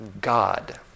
God